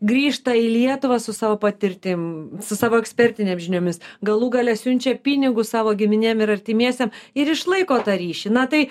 grįžta į lietuvą su savo patirtim su savo ekspertinėm žiniomis galų gale siunčia pinigus savo giminėm ir artimiesiem ir išlaiko tą ryšį na tai